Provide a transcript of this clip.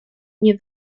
nie